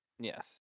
Yes